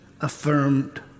affirmed